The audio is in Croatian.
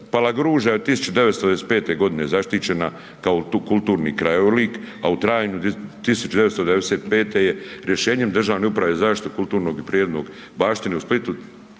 Palagruža je 1995. godine zaštićena kao kulturni krajolik, a u travnju 1995. je rješenjem Državne uprave za zaštitu kulturnog i prirodnog baštine u Splitu